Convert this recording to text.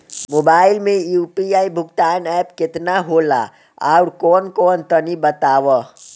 Mobile म UPI भुगतान app केतना होला आउरकौन कौन तनि बतावा?